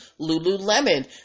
Lululemon